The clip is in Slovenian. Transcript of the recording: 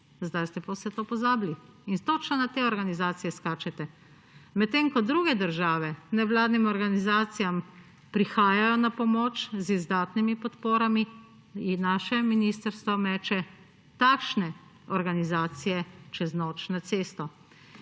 Zdaj ste pa vse to pozabili in točno na te organizacije skačete. Medtem ko druge države nevladnim organizacijam prihajajo na pomoč z izdatnimi podporami, naše ministrstvo meče takšne organizacije čez noč na cesto.